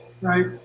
right